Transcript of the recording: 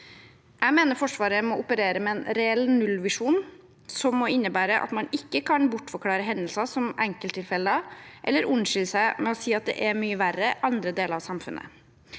Jeg mener Forsvaret må operere med en reell nullvisjon som må innebære at man ikke kan bortforklare hendelser som enkelttilfeller eller unnskylde seg med å si at det er mye verre i andre deler av samfunnet.